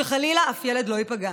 שחלילה אף ילד לא ייפגע,